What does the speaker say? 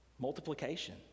Multiplication